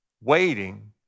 Waiting